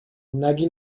نگی